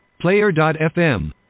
Player.fm